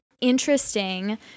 interesting